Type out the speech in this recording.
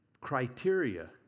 criteria